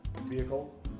vehicle